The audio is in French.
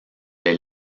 les